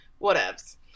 whatevs